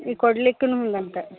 ಇಲ್ಲಿ ಕೊಡ್ಲಿಕ್ಕೂನೂ ಹಾಗಂತ